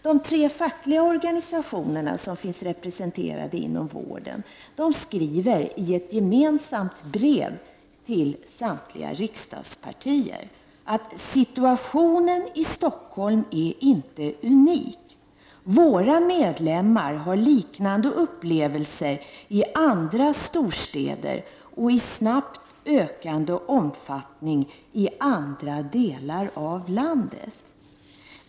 De tre fackliga organisationer som finns representerade inom vården skriver följande i ett gemensamt brev till samtliga riksdagspartier: Situationen i Stockholm är inte unik. Våra medlemmar har liknande upplevelser i andra storstäder och i snabbt ökande omfattning i andra delar av landet.